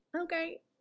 okay